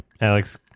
alex